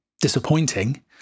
disappointing